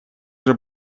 уже